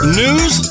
news